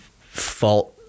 fault